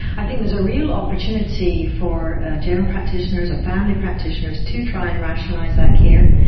i think there's a real opportunity for general practitioners or family practitioners to try and rationalise that care.